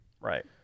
Right